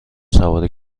سوار